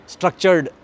Structured